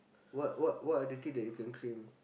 what what what are the thing that you can claim